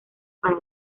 para